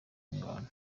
mirwano